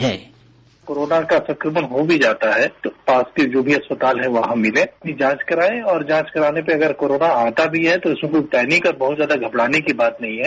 bite डॉ Sanjay Pandey corona का संक्रमण हो भी जाता है तो पास के जो भी अस्पताल हैं वहां मिलें अपनी जांच कराएं और जांच कराने पर अगर कोरोना आता भी है तो उससे कोई पैनिक या बहुत ज्यादा घबराने की बात नहीं है